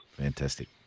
Fantastic